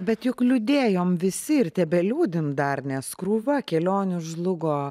bet juk liūdėjom visi ir tebeliūdim dar nes krūva kelionių žlugo